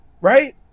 right